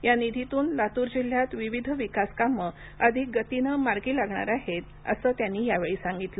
या निधीतून लातूर जिल्ह्यात विविध विकास कामे अधिक गतीने मार्गी लागणार आहेत असं त्यांनी यावेळी सांगितलं